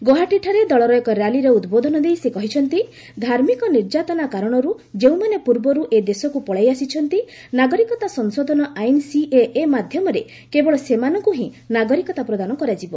ଗୌହାଟୀଠାରେ ଦଳର ଏକ ର୍ୟାଲିରେ ଉଦ୍ବୋଧନ ଦେଇ ସେ କହିଛନ୍ତି ଧାର୍ମିକ ନିର୍ଯାତନା କାରଣରୁ ଯେଉଁମାନେ ପ୍ରର୍ବରୁ ଏ ଦେଶକୁ ପଳାଇ ଆସିଛନ୍ତି ନାଗରିକତା ସଂଶୋଧନ ଆଇନ୍ ସିଏଏ ମାଧ୍ୟମରେ କେବଳ ସେମାନଙ୍କୁ ହିଁ ନାଗରିକତା ପ୍ରଦାନ କରାଯିବ